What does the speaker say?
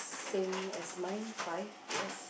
same as mine five yes